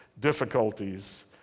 difficulties